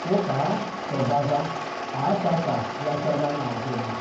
Kwo kaa tuba za aatata yasha gana uguma,